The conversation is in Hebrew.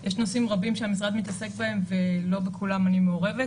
יש נושאים רבים שהמשרד מתעסק בהם ולא בכולם אני מעורבת,